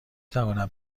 توانم